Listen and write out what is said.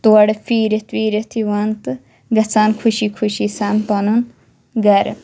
تورٕ پھیٖرِتھ ویٖرِتھ یِوان تہٕ گَژھان خُشی خُشی سان پَنُن گَرٕ